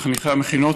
כחניכי המכינות.